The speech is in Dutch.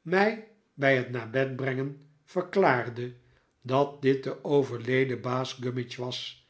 mij bij het naar bed brengen verklaarde dat dit de overleden baas gummidge was